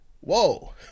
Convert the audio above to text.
whoa